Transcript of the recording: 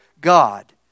God